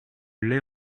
l’ai